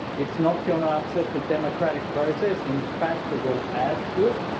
it's not going to upset the democratic process in fact it will add to it.